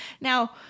now